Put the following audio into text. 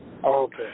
Okay